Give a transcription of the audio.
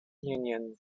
union